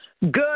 Good